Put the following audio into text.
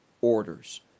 orders